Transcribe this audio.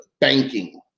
banking